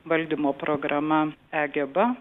valdymo programa e geba